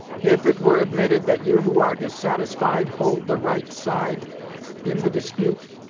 if it were admitted that you who are dissatisfied hold the right side in the dispute,